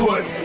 Put